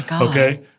Okay